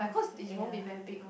ya